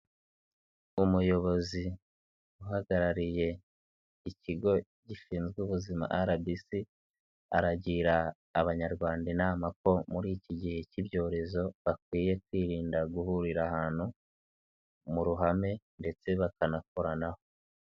Umuyobozi uhagarariye ikigo gishinzwe ubuzima RBC, aragira abanyarwanda inama ko muri iki gihe k'ibyorezo bakwiye kwirinda guhurira ahantu mu ruhame ndetse bakanakoranaho.